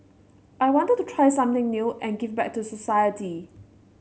I wanted to try something new and give back to society